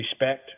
respect